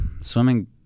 swimming